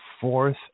fourth